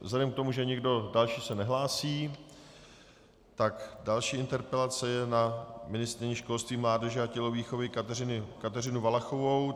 Vzhledem k tomu, že nikdo další se nehlásí, tak další interpelace je na ministryni školství, mládeže a tělovýchovy Kateřinu Valachovou.